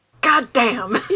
Goddamn